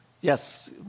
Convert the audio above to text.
Yes